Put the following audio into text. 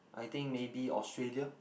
I think maybe Australia